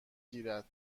گیرد